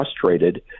frustrated